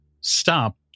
stop